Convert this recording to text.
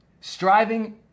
Striving